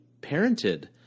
parented